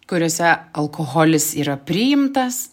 kuriose alkoholis yra priimtas